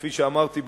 כפי שאמרתי,